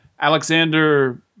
Alexander